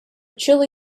chilli